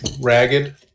ragged